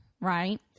right